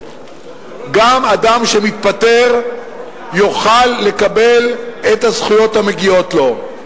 גם אדם שמתפטר יוכל לקבל את הזכויות המגיעות לו.